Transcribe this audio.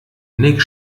nick